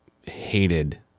hated